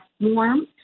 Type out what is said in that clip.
warm